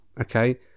okay